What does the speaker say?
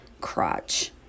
crotch